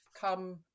come